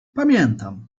pamiętam